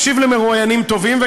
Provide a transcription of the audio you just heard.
מקשיב למרואיינים טובים,